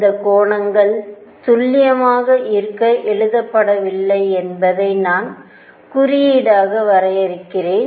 இந்த கோணங்கள் துல்லியமாக இருக்க எழுதப்படவில்லை என்பதை நான் குறியீடாக வரைகிறேன்